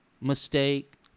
Mistake